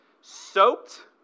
soaked